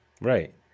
Right